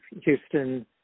Houston